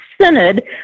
Synod